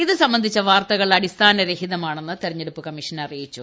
ഇത് സംബന്ധിച്ച വാർത്തകൾ അട്ടിസ്ഥാന രഹിതമാണെന്ന് തെരഞ്ഞെടുപ്പ് കമ്മീഷൻ അറിയിച്ചു